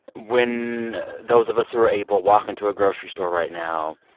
when those of us who are able walk into a grocery store right now,